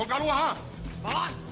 and ah